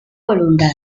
voluntad